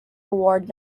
award